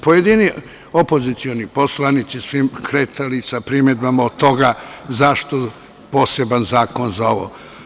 Pojedini opozicioni poslanici su im skretali pažnju sa primedbama zašto poseban zakon za ovo.